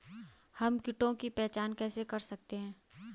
हम कीटों की पहचान कैसे कर सकते हैं?